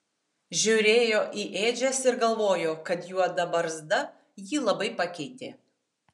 žiūrėjo į ėdžias ir galvojo kad juoda barzda jį labai pakeitė